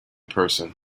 person